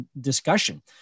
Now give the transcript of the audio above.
discussion